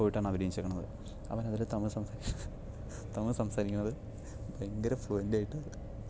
പോയിട്ടാണ് അഭിനയിച്ചിരിക്കണത് അവൻ അതിൽ തമിഴ് തമിഴ് സംസാരിക്കണത് ഭയങ്കര ഫ്ലുവെൻറ് ആയിട്ടാണ്